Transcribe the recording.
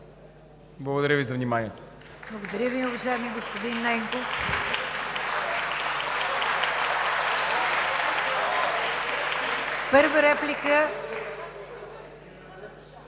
Благодаря Ви за вниманието.